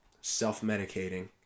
self-medicating